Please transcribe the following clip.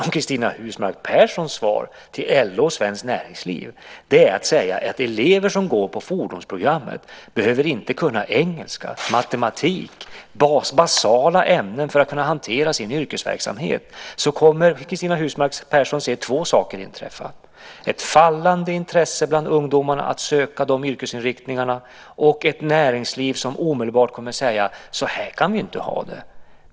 Cristina Husmark Pehrssons svar till LO och svenskt näringsliv är att säga att elever som går på fordonsprogrammet inte behöver kunna engelska och matematik, som är basala ämnen för dem som ska kunna hantera sin yrkesverksamhet. Cristina Husmark Pehrsson kommer under sådana förhållanden att se två saker inträffa: ett fallande intresse bland ungdomarna för att söka till de yrkesinriktningarna och ett näringsliv som omedelbart kommer att säga att vi inte kan ha det så här.